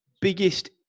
biggest